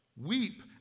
Weep